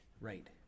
Right